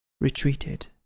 retreated